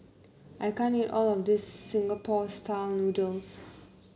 I can't eat all of this Singapore style noodles